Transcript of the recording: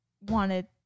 wanted